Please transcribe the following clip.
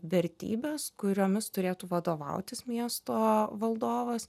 vertybes kuriomis turėtų vadovautis miesto valdovas